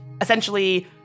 essentially